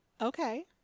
Okay